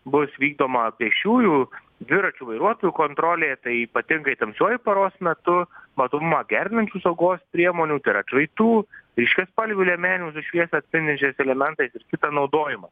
bus vykdoma pėsčiųjų dviračių vairuotojų kontrolė tai ypatingai tamsiuoju paros metu matomumą gerinančių saugos priemonių tai yra atšvaitų ryškiaspalvių liemenių su šviesą atspindinčiais elementais ir kitą naudojimą